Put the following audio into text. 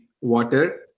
water